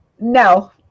No